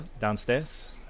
downstairs